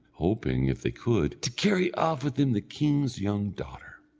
hoping, if they could, to carry off with them the king's young daughter.